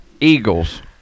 eagles